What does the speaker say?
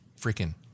freaking